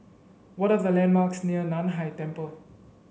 what are the landmarks near Nan Hai Temple